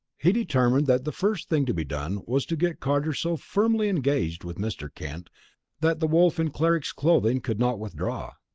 he determined that the first thing to be done was to get carter so firmly engaged with mr. kent that the wolf in cleric's clothing could not withdraw.